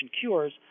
cures